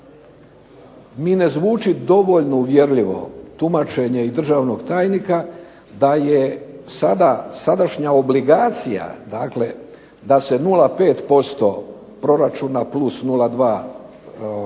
mi ne zvuči dovoljno uvjerljivo tumačenje i državnog tajnika da je sadašnja obligacija, dakle da se nula pet posto proračuna plus nula